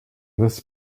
this